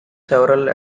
several